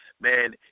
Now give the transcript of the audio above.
Man